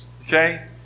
Okay